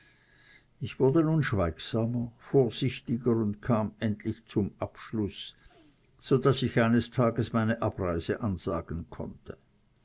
ich wurde nun schweigsamer vorsichtiger und kam endlich zum abschluß so daß ich eines tages meine abreise ansagen konnte